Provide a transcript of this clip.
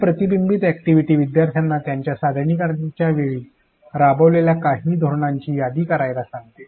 ही प्रतिबिंबीत अॅक्टिव्हिटी विद्यार्थ्यांना त्यांच्या सादरीकरणाच्या वेळी राबवलेल्या काही धोरणांची यादी करण्यास सांगते